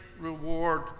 reward